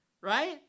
right